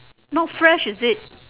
not fresh is it